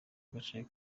gace